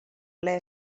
ple